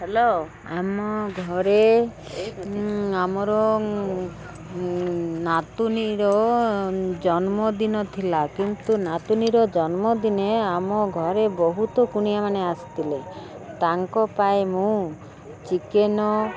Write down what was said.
hello ଆମ ଘରେ ଆମର ନାତୁଣିର ଜନ୍ମଦିନ ଥିଲା କିନ୍ତୁ ନାତୁଣିର ଜନ୍ମଦିନେ ଆମ ଘରେ ବହୁତ କୁଣିଆ ମାନେ ଆସିଥିଲେ ତାଙ୍କ ପାଇଁ ମୁଁ ଚିକେନ